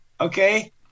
Okay